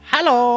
Hello